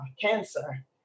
cancer